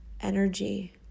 energy